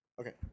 Okay